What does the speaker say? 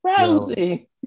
Rosie